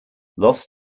lost